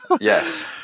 Yes